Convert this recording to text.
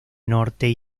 norte